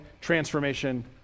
Transformation